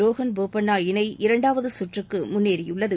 ரோஹன் போப்பண்ணா இணை இரண்டாவது சுற்றுக்கு முன்னேறியுள்ளது